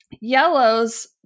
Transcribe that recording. Yellows